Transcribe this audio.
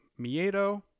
Miedo